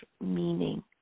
meaning